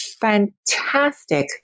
fantastic